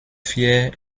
fier